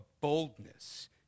boldness